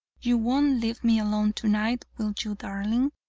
you won't leave me alone tonight, will you, darling?